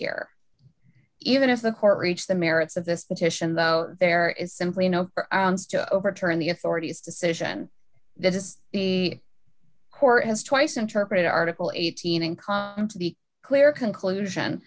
here even if the court reached the merits of this petition there is simply no to overturn the authorities decision that is the court has twice interpreted article eighteen income into the clear conclusion